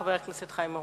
חבר הכנסת חיים אורון.